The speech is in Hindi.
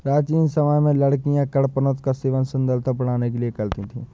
प्राचीन समय में लड़कियां कडपनुत का सेवन सुंदरता बढ़ाने के लिए करती थी